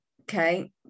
okay